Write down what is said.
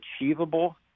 achievable